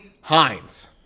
Hines